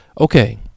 okay